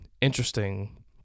interesting